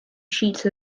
sheets